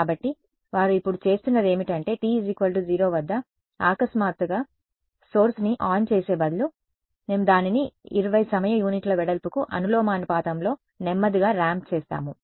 కాబట్టి వారు ఇప్పుడు చేస్తున్నది ఏమిటంటే t0 వద్ద అకస్మాత్తుగా సోర్స్ ని ఆన్ చేసే బదులు మేము దానిని 20 సమయ యూనిట్ల వెడల్పుకు అనులోమానుపాతంలో నెమ్మదిగా ర్యాంప్ చేస్తాము